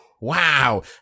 wow